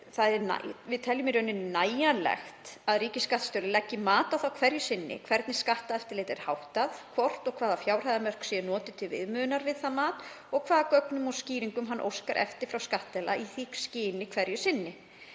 Við teljum nægjanlegt að ríkisskattstjóri leggi mat á það hverju sinni hvernig skatteftirliti er háttað, hvort og hvaða fjárhæðarmörk séu notuð til viðmiðunar við það mat og hvaða gögnum og skýringum hann óskar eftir frá skattaðila í því skyni hverju sinni.